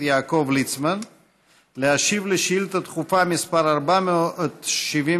יעקב ליצמן להשיב על שאילתה דחופה מס' 471,